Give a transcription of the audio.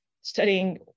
studying